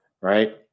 Right